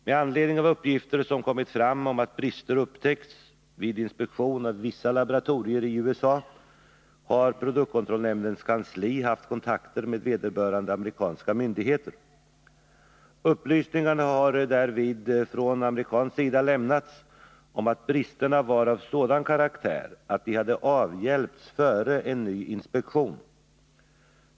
Med anledning av uppgifter som kommit fram om att brister upptäckts vid inspektion av vissa laboratorier i USA har produktkontrollnämndens kansli haft kontakt med vederbörande amerikanska myndigheter. Upplysningar har därvid från amerikansk sida lämnats om att bristerna var av sådan karaktär att de hade avhjälpts före en ny inspektion.